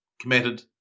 committed